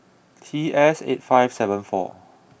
T S eight five seven four